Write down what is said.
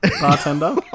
bartender